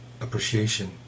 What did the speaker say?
appreciation